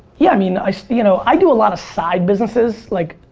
yeah, i mean, i so you know i do a lot of side businesses. like,